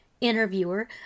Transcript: interviewer